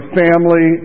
family